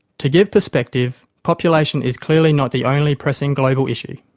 to give perspective, population is clearly not the only pressing global issue,